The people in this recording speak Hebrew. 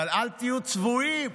אבל אל תהיו צבועים.